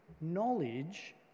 knowledge